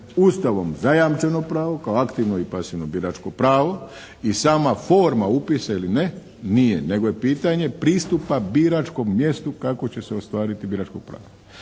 Ustavom zajamčeno pravo kao aktivno i pasivno biračko pravo i sama forma upisa ili ne nije, nego je pristupa biračkom mjestu kako će se ostvariti biračko pravo.